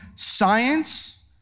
science